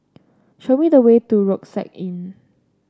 show me the way to Rucksack Inn